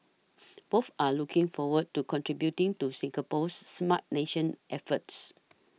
both are looking forward to contributing to Singapore's Smart Nation efforts